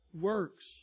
works